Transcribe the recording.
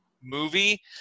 movie